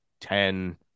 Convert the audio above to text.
ten